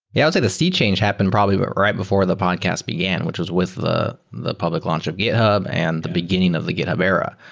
it was like the sea changed happen probably but right before the podcast began, which was with the the public launch of github and the beginning of the github era.